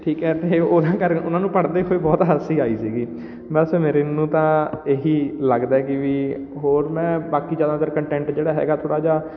ਠੀਕ ਹੈ ਅਤੇ ਉਹਨਾਂ ਕਾਰਨ ਉਹਨਾਂ ਨੂੰ ਪੜ੍ਹਦੇ ਹੋਏ ਬਹੁਤ ਹਾਸੀ ਆਈ ਸੀਗੀ ਬਸ ਮੇਰੇ ਵੱਲੋਂ ਤਾਂ ਇਹੀ ਲੱਗਦਾ ਕਿ ਵੀ ਹੋਰ ਮੈਂ ਬਾਕੀ ਜ਼ਿਆਦਾਤਰ ਕੰਟੈਂਟ ਜਿਹੜਾ ਹੈਗਾ ਥੋੜ੍ਹਾ ਜਿਹਾ